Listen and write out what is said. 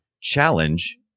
challenge